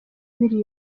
biri